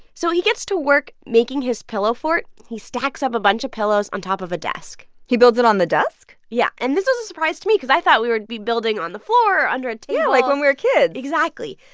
so he gets to work making his pillow fort. he stacks up a bunch of pillows on top of a desk he builds it on the desk? yeah. and this is a surprise to me because i thought we would be building on the floor or under a table yeah, like when we were kids exactly.